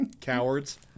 Cowards